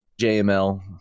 JML